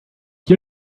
you